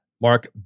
Mark